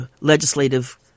legislative